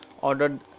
ordered